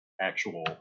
actual